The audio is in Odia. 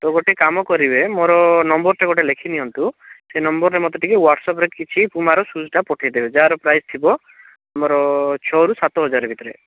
ତ ଗୋଟେ କାମ କରିବେ ମୋର ନମ୍ବରଟେ ଗୋଟେ ଲେଖି ନିଅନ୍ତୁ ସେଇ ନମ୍ବରରେ ମତେ ଟିକିଏ ହ୍ୱାଟ୍ସଆପ୍ରେ କିଛି ପୁମାର ସୁଜ୍ଟା ପଠାଇଦେବେ ଯାହାର ପ୍ରାଇସ୍ ଥିବ ଆମର ଛଅରୁ ସାତ ହଜାର ଭିତରେ